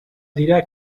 dira